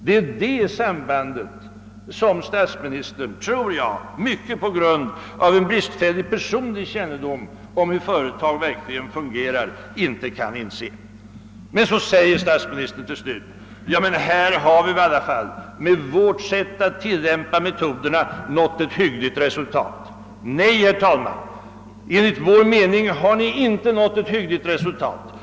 Det är det sambandet som statsministern inte kan inse i mycket stor utsträckning, tror jag, på grund av bristande personlig kännedom om hur företag verkligen fungerar. Till slut säger statsministern: Här har vi väl i alla fall med vårt sätt att tilllämpa metoderna nått ett hyggligt resultat. Nej, enligt vår uppfattning har ni inte nått ett hyggligt resultat.